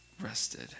rested